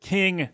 king